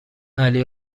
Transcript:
علی